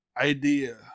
idea